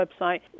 website